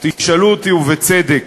אז תשאלו אותי, ובצדק: